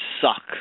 suck